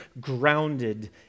grounded